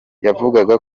yavugaga